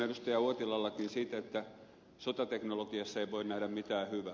uotilallakin siitä että sotateknologiassa ei voi nähdä mitään hyvää